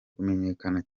kumenyekana